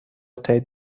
تایید